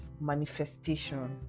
manifestation